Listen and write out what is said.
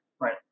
right